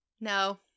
No